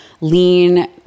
lean